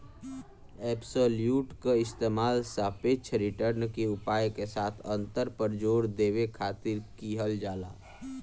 absolute क इस्तेमाल सापेक्ष रिटर्न के उपाय के साथ अंतर पर जोर देवे खातिर किहल जाला